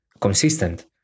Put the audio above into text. consistent